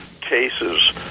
cases